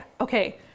Okay